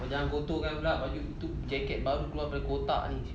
jangan kotor pula baju itu jacket baru keluar dari kotak ni